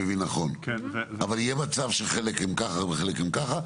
אבל יהיה מצב שחלק הם ככה וחלק הם ככה?